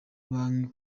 banki